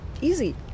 easy